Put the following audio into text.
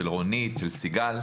רונית וסיגל.